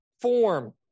form